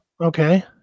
Okay